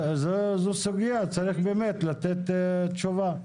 זאת סוגיה, צריך באמת לתת תשובה.